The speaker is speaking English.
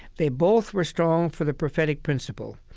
they both were strong for the prophetic principle.